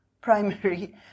primary